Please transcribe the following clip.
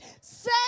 Say